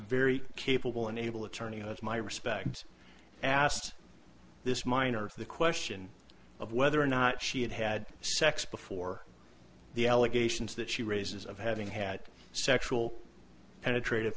very capable and able attorney has my respect asked this minor the question of whether or not she had had sex before the allegations that she raises of having had sexual penetrat